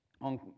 on